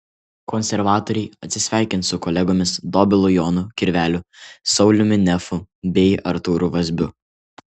konservatoriai atsisveikins su kolegomis dobilu jonu kirveliu sauliumi nefu bei artūru vazbiu